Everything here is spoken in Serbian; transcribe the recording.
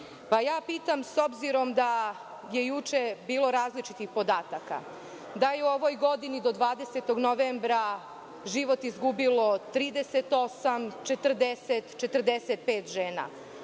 pa pitam, s obzirom da je juče bilo različitih podataka da je u ovoj godini do 20. novembra život izgubilo 38, 40, 45 žena,